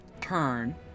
turn